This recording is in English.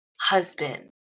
husband